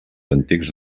antics